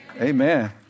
Amen